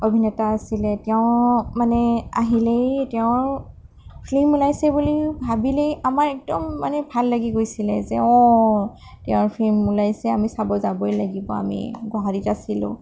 অভিনেতা আছিলে তেওঁ মানে আহিলেই তেওঁৰ ফিল্ম ওলাইছে বুলি ভাবিলেই আমাৰ একদম মানে ভাল লাগি গৈছিলে যে অঁ তেওঁৰ ফিল্ম ওলাইছে আমি চাব যাবই লাগিব আমি গুৱাহাটীত আছিলোঁ